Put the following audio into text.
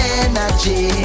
energy